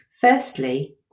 Firstly